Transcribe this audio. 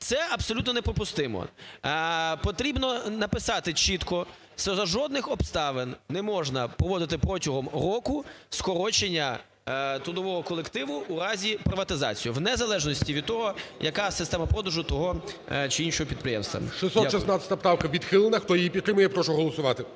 Це абсолютно неприпустимо. Потрібно написати чітко, що за жодних обставин не можна проводити протягом року скорочення трудового колективу в разі приватизації, в незалежності від того, яка система продажу того чи іншого підприємства. ГОЛОВУЮЧИЙ. 616 правка відхилена. Хто її підтримує, прошу голосувати.